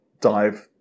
dive